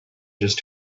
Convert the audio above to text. just